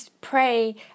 pray